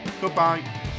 Goodbye